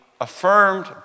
affirmed